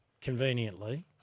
Conveniently